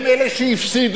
הם אלה שהפסידו,